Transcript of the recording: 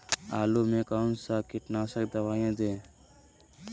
आलू में कौन सा कीटनाशक दवाएं दे?